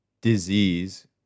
disease